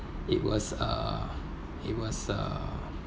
it was a it was a